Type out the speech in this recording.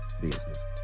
business